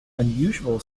unusual